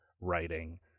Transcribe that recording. writing